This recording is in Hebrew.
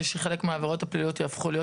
שחלק מהעבירות הפליליות יהפכו להיות